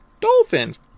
dolphins